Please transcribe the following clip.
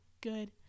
good